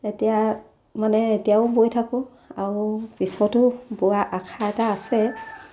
এতিয়া মানে এতিয়াও বৈ থাকোঁ আৰু পিছতো বোৱাৰ আশা এটা আছে